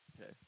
Okay